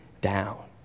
down